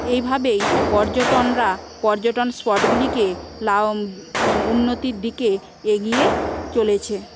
এভাবেই পর্যটকরা পর্যটন স্পটগুলিকে উন্নতির দিকে এগিয়ে চলেছে